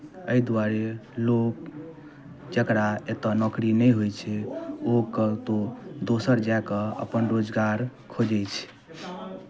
एहि दुआरे लोक जकरा एतय नौकरी नहि होइ छै ओ कतहु दोसर जा कऽ अपन रोजगार खोजै छै